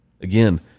Again